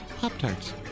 Pop-Tarts